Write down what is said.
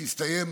שיסתיים,